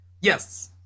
Yes